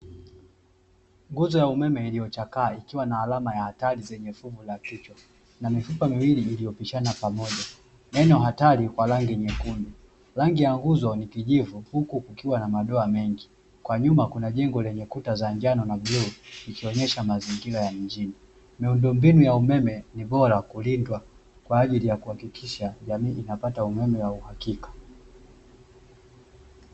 Nguzo ya umeme iliyochakaa ikiwa na alama ya hatari zenye fuvu la kichwa, na mifupa miwili iliyopishana pamoja, neno hatari kwa rangi nyekundu, rangi ya nguzo ni kijivu huku ukiwa na madoa mengi, kwa nyuma kuna jengo lenye kuta za njano na bluu ikionyesha mazingira ya injili, miundombinu ya umeme ni bora kulindwa kwa ajili ya kuhakikisha jamii inapata umeme wa uhakika.